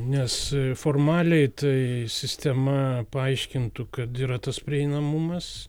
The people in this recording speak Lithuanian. nes formaliai tai sistema paaiškintų kad yra tas prieinamumas